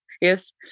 Yes